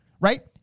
right